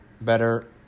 Better